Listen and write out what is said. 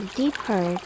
deeper